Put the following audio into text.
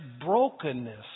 brokenness